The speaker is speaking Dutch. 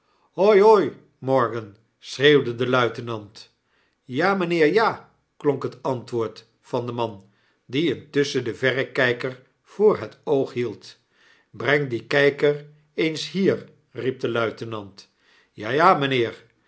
hoi hoi i morgan schreeuwde de luitenant ja mynheer ja klonk het antwoord van den man die intusschen den verrekper voor het oog hield breng dien kijker eens hier riep de luitenant ja ja mynheer